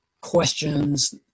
questions